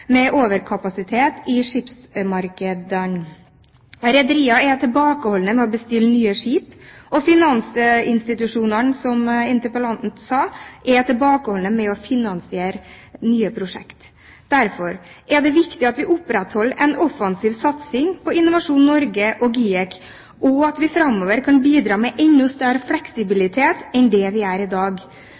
med overkapasitet i skipsfartsmarkedene. Rederiene er tilbakeholdne med å bestille nye skip, og finansinstitusjonene er, som interpellanten sa, tilbakeholdne med å finansiere nye prosjekter. Derfor er det viktig at vi opprettholder en offensiv satsing på Innovasjon Norge og GIEK, og at vi framover kan bidra med enda større fleksibilitet enn det vi gjør i dag.